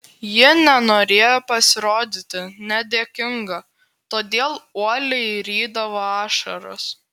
ji nenorėjo pasirodyti nedėkinga todėl uoliai rydavo ašaras